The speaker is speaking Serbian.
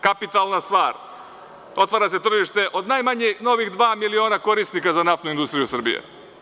Kapitalna stvar, otvara se tržište od najmanje novih dva miliona korisnika za Naftnu industriju Srbije.